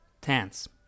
tense